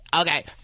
Okay